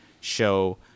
show